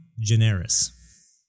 generis